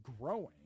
growing